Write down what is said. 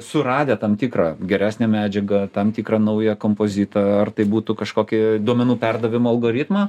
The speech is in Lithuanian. suradę tam tikrą geresnę medžiagą tam tikrą naują kompozitą ar tai būtų kažkokį duomenų perdavimo algoritmą